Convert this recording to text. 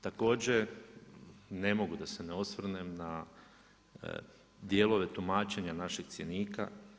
Također ne mogu da se ne osvrnem na dijelove tumačenja našeg cjenika.